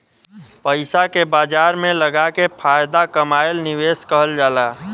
पइसा के बाजार में लगाके फायदा कमाएल निवेश कहल जाला